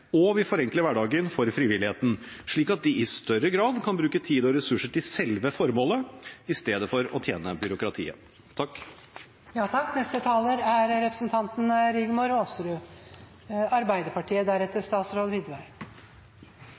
og vi forenkler hverdagen for frivilligheten, slik at de i større grad kan bruke tid og ressurser til selve formålet, i stedet for å tjene byråkratiet. Først takk